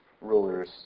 rulers